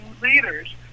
leaders